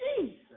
Jesus